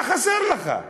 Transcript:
מה חסר לך?